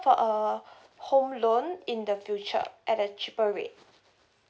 for a home loan in the future at a cheaper rate